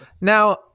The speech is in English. Now